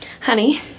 Honey